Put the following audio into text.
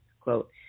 quote